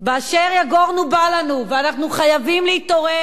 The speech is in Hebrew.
אשר יגורנו בא לנו, ואנחנו חייבים להתעורר.